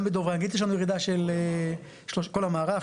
גם בדוברי אנגלית יש לנו ירידה של 13%, כל המערב.